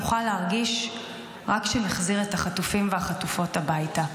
נוכל להרגיש רק כשנחזיר את החטופים והחטופות הביתה.